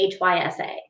HYSA